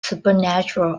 supernatural